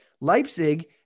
Leipzig